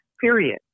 Period